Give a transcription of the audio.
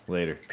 Later